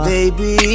Baby